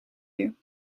you